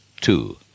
two